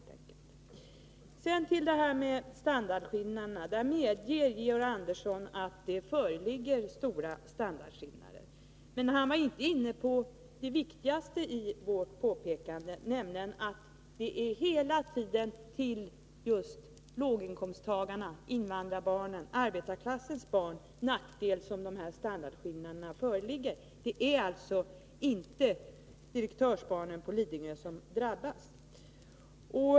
Sedan till standardskillnaderna. Georg Andersson medger att det föreligger stora standardskillnader, men han var inte inne på det viktigaste i vårt påpekande, nämligen att det hela tiden är till nackdel för just låginkomsttagarnas, invandrarnas och arbetarklassens barn som standardskillnaderna föreligger. Det är alltså inte direktörsbarnen på Lidingö som drabbas.